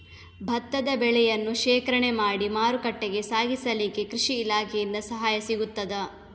ಭತ್ತದ ಬೆಳೆಯನ್ನು ಶೇಖರಣೆ ಮಾಡಿ ಮಾರುಕಟ್ಟೆಗೆ ಸಾಗಿಸಲಿಕ್ಕೆ ಕೃಷಿ ಇಲಾಖೆಯಿಂದ ಸಹಾಯ ಸಿಗುತ್ತದಾ?